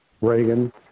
Reagan